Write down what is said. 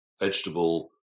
vegetable